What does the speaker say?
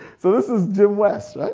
so this is jim west,